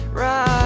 right